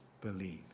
believe